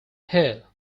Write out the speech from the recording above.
here